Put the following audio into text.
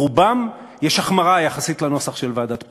ברובם יש החמרה יחסית לנוסח של ועדת פרי.